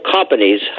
Companies